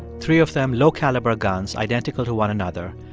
three of them low-caliber guns identical to one another.